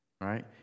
Right